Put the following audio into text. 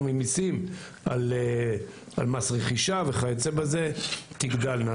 ממיסים על מס רכישה וכיוצא בזה תגדלנה.